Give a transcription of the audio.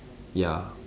ya